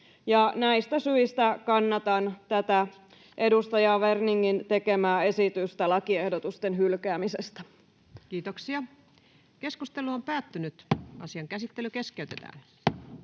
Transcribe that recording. Näistä syistä kannatan tätä edustaja Werningin tekemää esitystä lakiehdotusten hylkäämisestä. Toiseen käsittelyyn esitellään